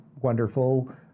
wonderful